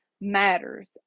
matters